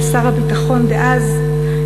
כשר הביטחון דאז,